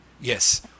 Yes